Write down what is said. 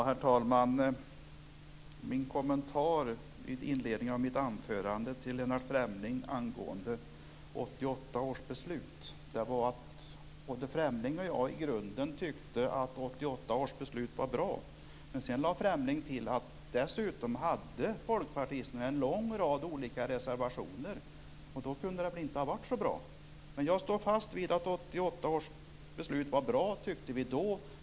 Herr talman! Min kommentar vid inledningen av mitt anförande till Lennart Fremling angående 1988 års beslut var att både Lennart Fremling och jag i grunden tyckte att 1988 års beslut var bra. Men sedan lade Lennart Fremling till att folkpartisterna dessutom hade en lång rad olika reservationer, och då kunde det väl inte ha varit så bra? Men jag står fast vid att 1988 års beslut var bra. Det tyckte vi då.